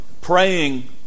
praying